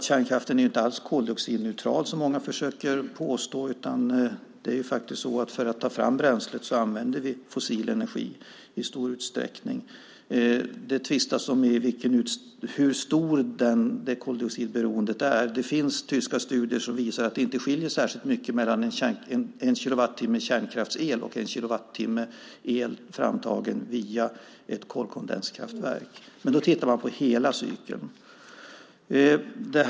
Kärnkraften är inte alls koldioxidneutral, som många försöker påstå. För att ta fram bränslet använder vi fossil energi i stor utsträckning. Det tvistas om hur stort det koldioxidberoendet är. Det finns tyska studier som visar att det inte skiljer särskilt mellan en kilowattimme kärnkraftsel och en kilowattimme el framtagen via ett kolkondensverk. Då tittar man på hela cykeln.